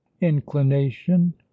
inclination